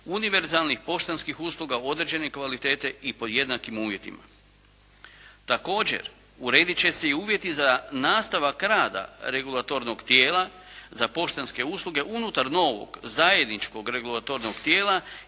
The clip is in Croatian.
univerzalnih poštanskih usluga određene kvalitete i pod jednakim uvjetima. Također urediti će se i uvjeti za nastavak rada regulatornog tijela za poštanske usluge unutar novog zajedničkog regulatornog tijela